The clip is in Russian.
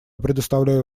предоставляю